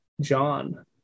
John